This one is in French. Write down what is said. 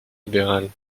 libérales